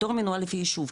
התור מנוהל לפי יישוב,